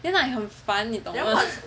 then like 很烦你懂